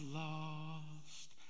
lost